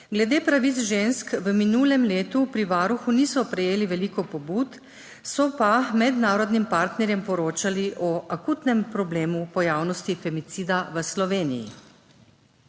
Glede pravic žensk v minulem letu pri Varuhu niso prejeli veliko pobud, so pa mednarodnim partnerjem poročali o akutnem problemu pojavnosti femicida v Sloveniji.